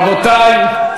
רבותי,